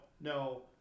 no